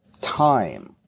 time